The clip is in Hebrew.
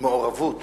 מעורבות